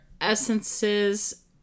essences